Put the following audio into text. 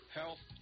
health